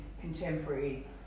contemporary